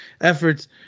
efforts